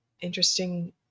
interesting